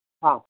ആ